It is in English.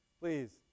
please